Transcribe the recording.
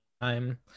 time